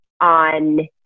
on